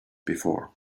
before